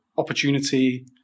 Opportunity